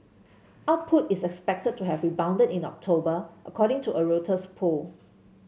output is expected to have rebounded in October according to a Reuters poll